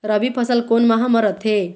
रबी फसल कोन माह म रथे?